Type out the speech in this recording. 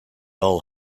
all